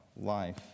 life